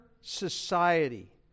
society